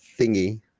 thingy